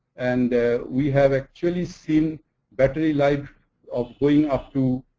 and we have actually seen battery life of going up to,